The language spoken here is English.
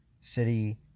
city